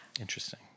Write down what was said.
Interesting